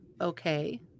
okay